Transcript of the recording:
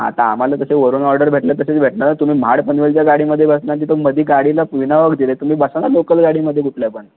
आता आम्हाला तसे वरून ऑर्डर भेटले तर तेच भेटणार तुम्ही महाड पनवेलच्या गाडीमध्ये बसणार तिथून मध्ये गाडीला विनावाहक दिलं आहे तुम्ही बसा ना लोकल गाडीमध्ये कुठल्या पण